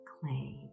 clay